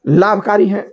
लाभकारी हैं